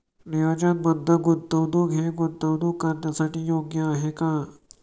नियोजनबद्ध गुंतवणूक हे गुंतवणूक करण्यासाठी योग्य आहे का?